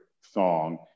song